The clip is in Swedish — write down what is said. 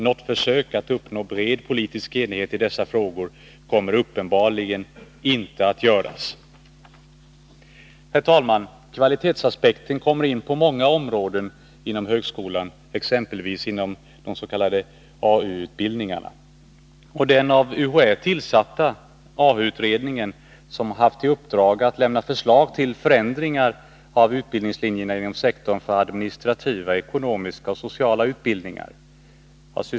Något försök att uppnå bred politisk enhet i dessa frågor kommer uppenbarligen inte att göras. Herr talman! Kvalitetsaspekten kommer in på många områden inom högskolan, exempelvis inom de s.k. AU-utbildningarna. Den av UHÄ tillsatta s.k. AU-utredningen har haft i uppdrag att lämna förslag till förändringar av utbildningslinjerna inom sektorn för administrativa, ekonomiska och sociala utbildningar.